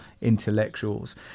intellectuals